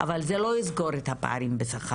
אבל זה לא יסגור את הפערים בשכר.